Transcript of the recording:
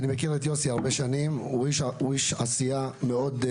אני מכיר את יוסי הרבה שנים, הוא איש עשייה גדול.